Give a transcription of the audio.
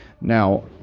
Now